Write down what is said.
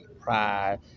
pride